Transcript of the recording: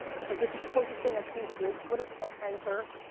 so this is the closest thing i've seen to voice twitter, it's called anchor.